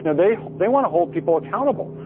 you know they they want to hold people accountable.